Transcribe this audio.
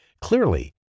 Clearly